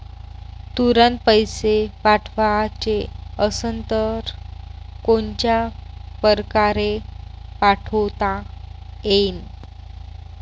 तुरंत पैसे पाठवाचे असन तर कोनच्या परकारे पाठोता येईन?